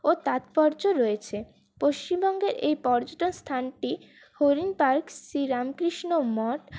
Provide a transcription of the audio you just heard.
ও তাৎপর্য রয়েছে পশ্চিমবঙ্গের এই পর্যটন স্থানটি হরিণ পার্ক শ্রী রামকৃষ্ণ মঠ